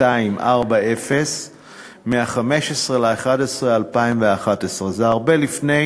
1240 מ-15 בנובמבר 2011, זה הרבה לפני